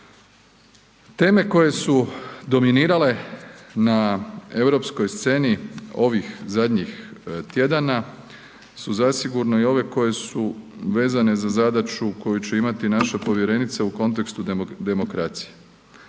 Teme koje su dominirale na europskoj sceni ovih zadnjih tjedana su zasigurno i ove koje su vezane za zadaću koju će imati naša povjerenica u kontekstu demokracije.